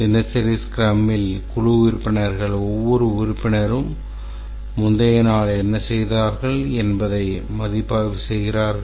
தினசரி ஸ்க்ரமில் குழு உறுப்பினர்கள் ஒவ்வொரு உறுப்பினரும் முந்தைய நாள் என்ன செய்தார்கள் என்பதை மதிப்பாய்வு செய்கிறார்கள்